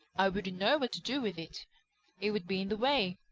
i wouldn't know what to do with it it would be in the way.